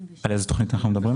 על איזו תכנית אנחנו מדברים?